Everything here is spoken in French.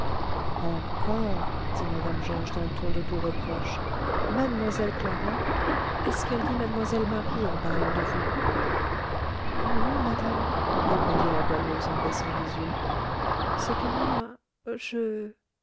encore dit mme georges d'un ton de doux reproche mlle clara est-ce qu'elle dit mlle marie en parlant de vous non madame répondit la goualeuse en baissant les yeux c'est que moi je